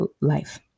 life